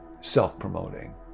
self-promoting